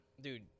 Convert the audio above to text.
dude